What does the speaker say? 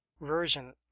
version